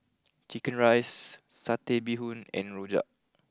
Chicken Rice Satay Bee Hoon and Rojak